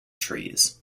trees